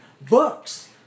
books